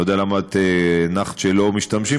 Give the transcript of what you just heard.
לא יודע למה הנחת שלא משתמשים,